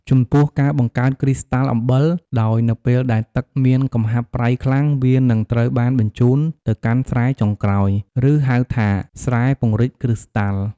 ចំពោះ ការបង្កើតគ្រីស្តាល់អំបិល ដោយនៅពេលដែលទឹកមានកំហាប់ប្រៃខ្លាំង វានឹងត្រូវបានបញ្ជូនទៅកាន់ស្រែចុងក្រោយ ឬហៅថាស្រែពង្រីកគ្រីស្តាល់។